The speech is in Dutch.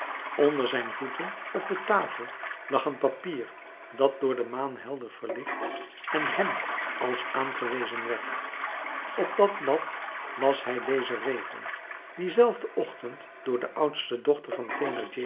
onder zijn voeten op de tafel lag een papier dat door de maan helder verlicht en hem als aangewezen werd op dat blad las hij dezen regel dien zelfden ochtend door de oudste dochter van